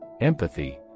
empathy